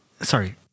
sorry